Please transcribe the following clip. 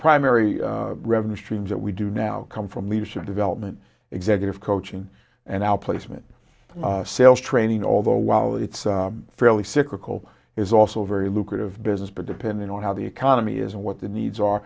primary revenue streams that we do now come from leadership development executive coaching and outplacement sales training although while it's fairly cyclical is also very lucrative business but depending on how the economy is and what the needs are